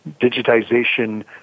digitization